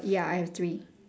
ya I have three